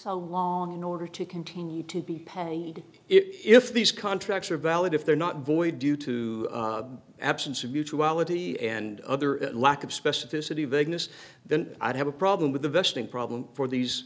so long in order to continue to be paid if these contracts are valid if they're not void due to absence of mutuality and other lack of specificity vagueness then i'd have a problem with the vesting problem for these